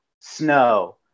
snow